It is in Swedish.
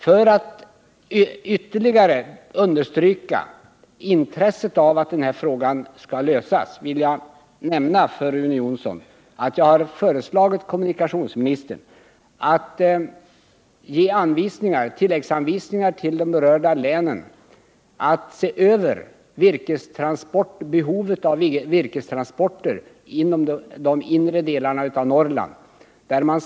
För att ytterligare understryka mitt intresse av att denna fråga blir löst vill jag för Rune Jonsson nämna att jag har föreslagit kommunikationsministern att hon skall ge tilläggsanvisningar till berörda län att se över behovet av virkestransporter inom de inre delarna av Norrland.